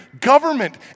government